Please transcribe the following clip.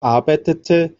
arbeitete